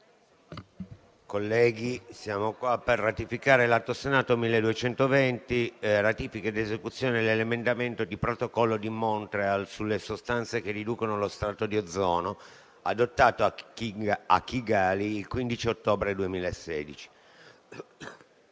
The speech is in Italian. è chiamata ad esaminare l'atto Senato 1220 di ratifica ed esecuzione dell'emendamento al Protocollo di Montreal sulle sostanze che riducono lo strato di ozono, adottato a Kigali il 15 ottobre 2016.